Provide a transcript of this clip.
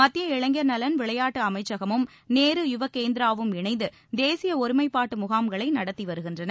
மத்திய இளைஞர் நலன் விளையாட்டு அமைச்சகமும் நேரு யுவகேந்திராவும் இணைந்து தேசிய ஒருமைப்பாட்டு முகாம்களை நடத்தி வருகின்றன